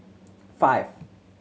five